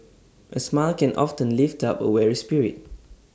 A smile can often lift up A weary spirit